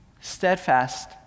steadfast